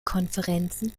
konferenzen